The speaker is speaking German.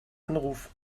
anruf